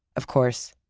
of course,